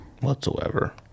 whatsoever